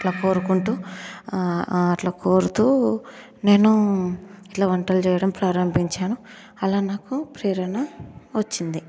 ఇట్లా కోరుకుంటూ అట్లా కోరుతూ నేనూ ఇలా వంటలు చేయడం ప్రారంభించాను అలా నాకు ప్రేరణ వచ్చింది